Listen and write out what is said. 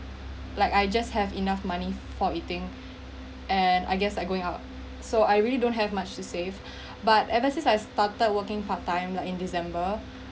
like I just have enough money for eating and I guess like going out so I really don't have much to save but ever since I started working part time like in december